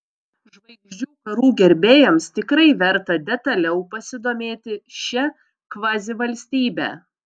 žvaigždžių karų gerbėjams tikrai verta detaliau pasidomėti šia kvazivalstybe